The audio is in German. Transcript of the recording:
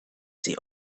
sie